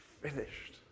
finished